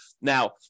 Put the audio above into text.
Now